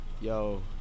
yo